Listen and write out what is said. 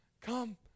come